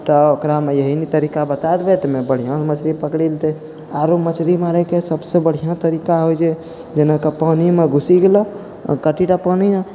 तऽ ओकरामे इएह ने तरीका बता देबै तऽ बढ़िआँ मछली पकड़ि लेतै आओर मछरी मारैके सबसँ बढ़िआँ तरीका होइ छै जेनाकि पानिमे घुसि गेलऽ आओर कटिरा पानि अइ